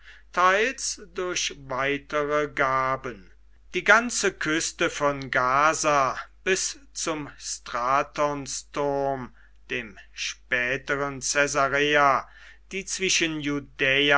teils durch weitere gaben die ganze küste von gaza bis zum stratonsturm dem späteren caesarea die zwischen